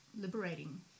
liberating